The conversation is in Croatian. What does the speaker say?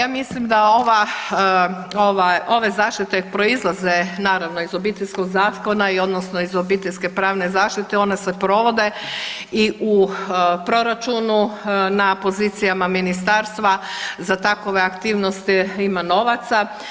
Pa ja mislim da ova, ove zaštite proizlaze naravno iz Obiteljskog zakona odnosno iz obiteljske pravne zaštite, one se provode i u proračunu na pozicijama ministarstva za takove aktivnosti ima novaca.